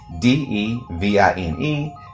D-E-V-I-N-E